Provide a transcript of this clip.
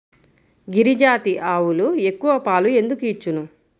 గిరిజాతి ఆవులు ఎక్కువ పాలు ఎందుకు ఇచ్చును?